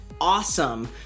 awesome